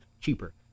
cheaper